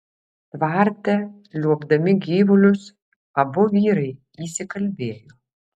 tvarte liuobdami gyvulius abu vyrai įsikalbėjo